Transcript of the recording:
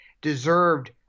deserved